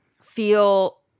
feel